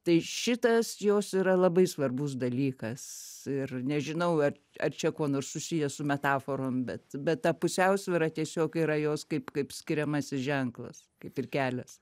tai šitas jos yra labai svarbus dalykas ir nežinau ar ar čia kuo nors susiję su metaforom bet bet ta pusiausvyra tiesiog yra jos kaip kaip skiriamasis ženklas kaip ir kelias